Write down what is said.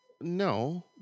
no